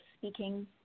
speaking